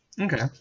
Okay